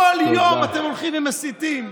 כל יום אתם הולכים ומסיתים.